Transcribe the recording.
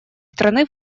страны